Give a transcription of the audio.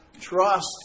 trust